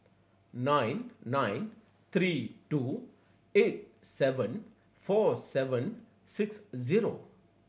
nine nine three two eight seven four seven six zero